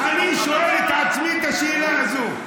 אני שואל את עצמי את השאלה הזו.